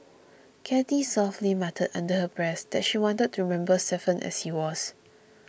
Cathy softly muttered under her breath that she wanted to remember Stephen as he was